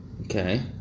Okay